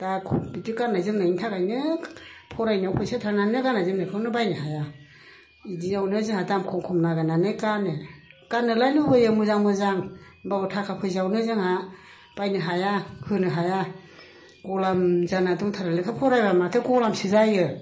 दा बिदि गाननाय जोमनायनि थाखायनो फरायनायाव फैसा थांनानैनो गाननाय जोमनायखौनो बायनो हाया इदियावनो जोंहा दाम खम खम नागिरनानै गानो गाननोलाय लुगैयो मोजां मोजां होनब्लाबो थाखा फैसायावनो जोंहा बायनो हाया होनो हाया गलाम जाना दंथारो लेखा फरायब्लाबो माथो गलामसो जायो